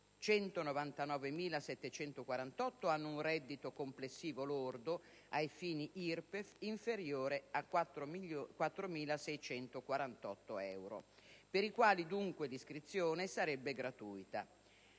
199.748 hanno un reddito complessivo lordo ai fini IRPEF inferiore a 4.648 euro (per i quali dunque l'iscrizione sarebbe gratuita).